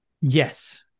Yes